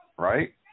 Right